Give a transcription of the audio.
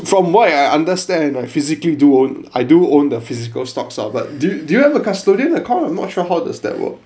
from what I understand I physically do own I do own the physical stocks ah but do do you have a custodian account I'm not sure how does that work